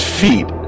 feet